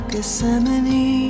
Gethsemane